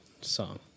song